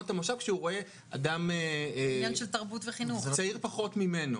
את המושב כשהוא רואה אדם צעיר פחות ממנו.